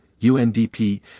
UNDP